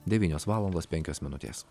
devynios valandos penkios minutės